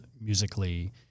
musically